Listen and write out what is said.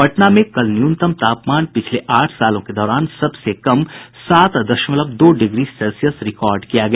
पटना में कल न्यूनतम तापमान पिछले आठ सालों के दौरान सबसे कम सात दशमलव दो डिग्री सेल्सियस रिकार्ड किया गया